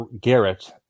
Garrett